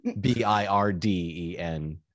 B-I-R-D-E-N